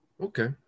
Okay